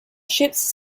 ships